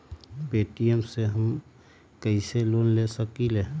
Paytm से हम कईसे लोन ले सकीले?